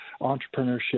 entrepreneurship